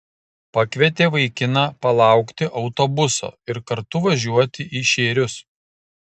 pakvietė vaikiną palaukti autobuso ir kartu važiuoti į šėrius